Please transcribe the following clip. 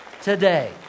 today